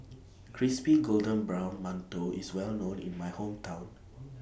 Crispy Golden Brown mantou IS Well known in My Hometown